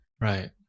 Right